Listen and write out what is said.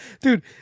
Dude